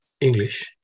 English